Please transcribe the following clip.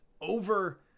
over